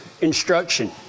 instruction